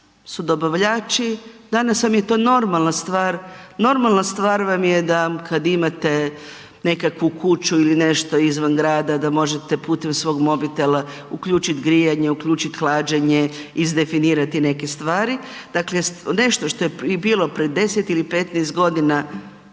su dobavljači, danas vam je to normalna stvar, normalna stvar vam je kad imate nekakvu kuću ili nešto izvan grada da možete putem svog mobitela uključiti grijanje, uključiti hlađenje, izdefinirati neke stvari. Dakle nešto što je bilo i prije 10 ili 15 godina